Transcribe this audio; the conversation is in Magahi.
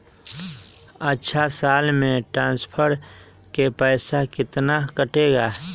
अछा साल मे ट्रांसफर के पैसा केतना कटेला?